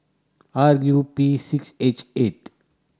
R U P six H eight